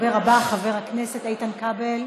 הדובר הבא, חבר הכנסת איתן כבל.